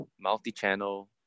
multi-channel